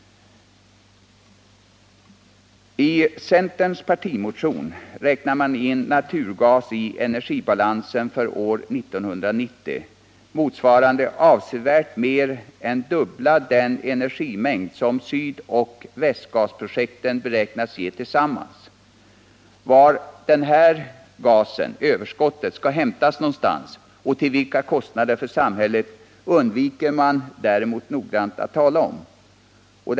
I centerns partimotion räknar man in naturgasen i energibalansen för år 1990, motsvarande avsevärt mer än dubbla den energimängd som Sydoch Västgasprojekten beräknas ge tillsammans. Var överskottet skall hämtas och till vilka kostnader för samhället undviker man däremot noggrant att tala om.